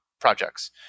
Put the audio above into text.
projects